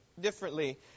differently